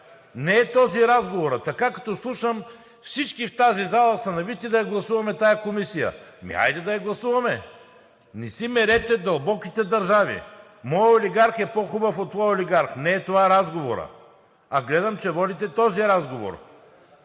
не е този разговорът. Така, като слушам всички в тази зала са навити да я гласуваме тази комисия. Ами хайде да я гласуваме. Не си мерете дълбоките държави! Моят олигарх е по хубав от твоя олигарх, не е това разговорът. А гледам, че водите този разговор.